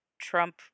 trump